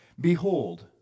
Behold